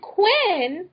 Quinn